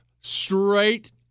Straight